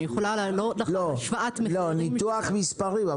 אני יכולה להראות השוואת מחירים --- ניתוח מספרים,